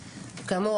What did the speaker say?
כאמור,